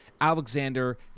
Alexander